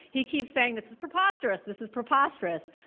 he keeps saying this is preposterous, this is preposterous.